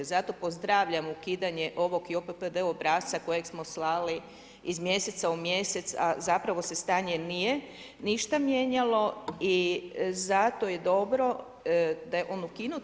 Zato pozdravljam ukidanje ovog ... obrasca kojeg smo slali iz mjeseca u mjesec, a zapravo se stanje nije ništa mijenjalo i zato je dobro da je on ukinut.